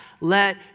let